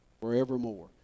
forevermore